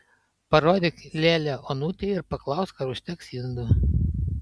parodyk lėlę onutei ir paklausk ar užteks indų